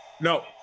No